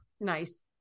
Nice